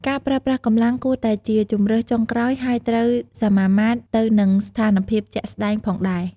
ការប្រើប្រាស់កម្លាំងគួរតែជាជម្រើសចុងក្រោយ ហើយត្រូវសមាមាត្រទៅនឹងស្ថានភាពជាក់ស្តែងផងដែរ។